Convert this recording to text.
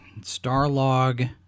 Starlog